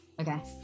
Okay